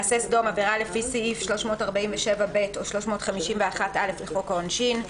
""מעשה סדום" עבירה לפי סעיף 347(ב) או 351(א) לחוק העונשין,